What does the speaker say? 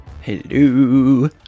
hello